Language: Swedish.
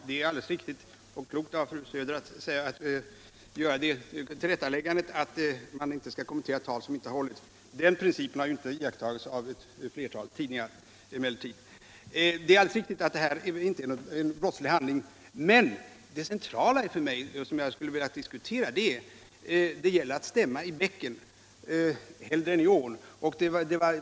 Herr talman! Det är riktigt och klokt av fru Söder att göra det tillrättaläggandet att man inte skall kommentera tal som inte har hållits. Den principen har emellertid inte iakttagits av ett flertal tidningar. Det är alldeles riktigt att det här inte gäller en brottslig handling. Men det för mig centrala är att det gäller att stämma i bäcken hellre än i ån.